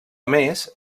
més